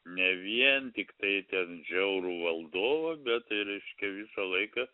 ne vien tiktai ten žiaurų valdovą bet tai reiškia visą laiką